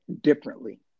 differently